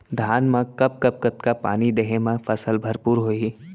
धान मा कब कब कतका पानी देहे मा फसल भरपूर होही?